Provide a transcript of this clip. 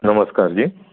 नमस्कार जी